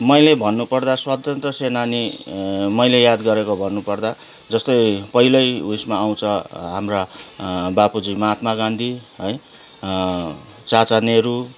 मैले भन्नुपर्दा स्वतन्त्र सेनानी मैले याद गरेको भन्नुपर्दा जस्तै पहिलै उयसमा आउँछ हाम्रा बापुजी माहात्मा गान्धी है चाचा नेहरू